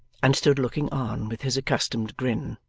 and stood looking on with his accustomed grin.